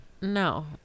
No